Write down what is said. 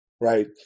right